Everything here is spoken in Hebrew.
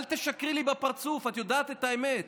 אל תשקרי לי בפרצוף, את יודעת את האמת.